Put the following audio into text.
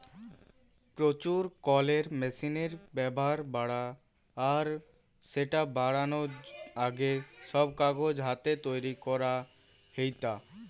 প্রচুর কলের মেশিনের ব্যাভার বাড়া আর স্যাটা বারানার আগে, সব কাগজ হাতে তৈরি করা হেইতা